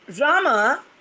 Rama